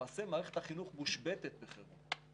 למעשה, מערכת החינוך מושבתת בחירום.